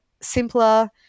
simpler